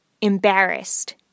embarrassed